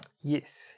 Yes